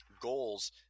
goals